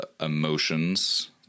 emotions